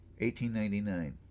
1899